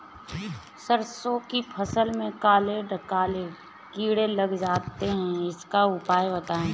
सरसो की फसल में काले काले कीड़े लग जाते इसका उपाय बताएं?